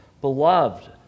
Beloved